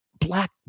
black